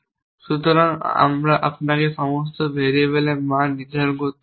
সুতরাং আপনাকে সমস্ত ভেরিয়েবলের মান নির্ধারণ করতে হবে না